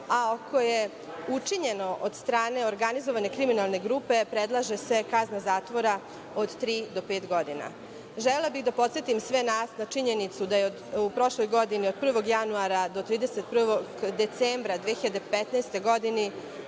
a ako je učinjeno od strane organizovane kriminalne grupe predlaže se kazna zatvora od tri do pet godina. Želela bih da podsetim sve nas na činjenicu da je u prošloj godini od 1. januara do 31. decembra 2015. godine